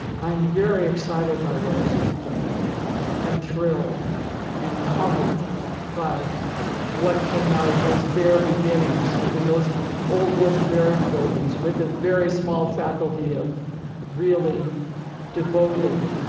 i'm very excited by what has happened and thrilled and humbled by what came out of those bare beginnings in those old wooden barrack buildings with this very small faculty of really devoted,